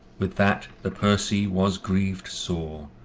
with that the percy was grieved sore,